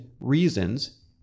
reasons